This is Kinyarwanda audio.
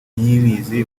niyibizi